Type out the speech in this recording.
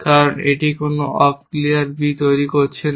কারণ এটি কোন অপ ক্লিয়ার b তৈরি করছে না